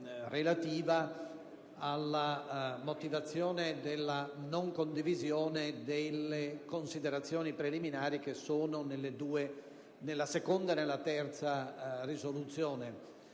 relativa alla motivazione della non condivisione delle considerazioni preliminari che sono nelle seconda e nella terza proposta